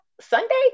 Sunday